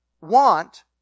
want